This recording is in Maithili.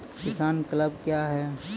किसान क्लब क्या हैं?